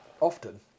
Often